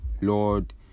Lord